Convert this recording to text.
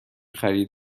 خرید